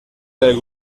del